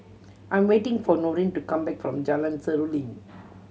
I'm waiting for Noreen to come back from Jalan Seruling